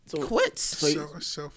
quits